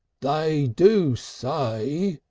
they do say,